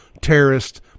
terrorist